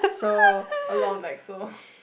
so a lot of exo